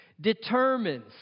determines